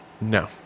No